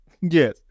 Yes